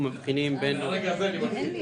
ב-2019.